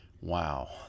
Wow